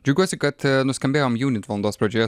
džiaugiuosi kad a nuskambėjom junit valandos pradžioje